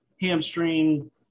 hamstring